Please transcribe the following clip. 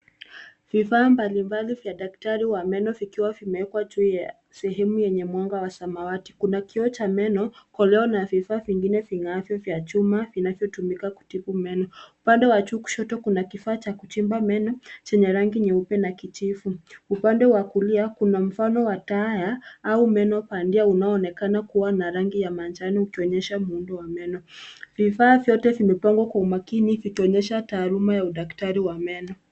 Hii ni sehemu ya kliniki ya meno, ambapo vifaa vya matibabu vimewekwa kwenye tray ya rangi ya buluu. Kuna kiocha cha meno, chombo kingine cha mpira, kifaa cha chuma, na vyombo vingine vinavyotumika kusafisha meno. Upande wa kushoto kuna kifaa cha kuchimba meno chenye rangi nyeupe na chombo cha kitifu. Upande wa kulia kuna mfano wa meno au jino lililopandwa, likionyesha mwonekano wa asili wa meno. Vifaa vyote vimepangwa kwa uangalifu, ikionyesha taratibu na utaratibu wa kazi ya udaktari wa meno.